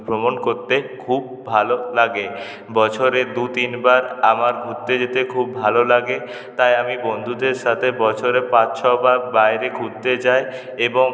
ভ্রমণ করতে খুব ভালো লাগে বছরে দু তিনবার আমার ঘুরতে যেতে খুব ভালো লাগে তাই আমি বন্ধুদের সাথে বছরে পাঁচ ছবার বাইরে ঘুরতে যাই এবং